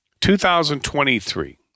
2023